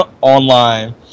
online